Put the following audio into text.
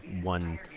one